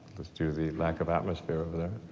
due to the lack of atmosphere over there.